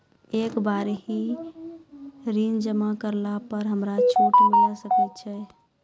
एक ही बार ऋण जमा करला पर हमरा छूट मिले सकय छै?